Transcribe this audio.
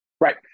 Right